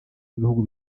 n’ibihugu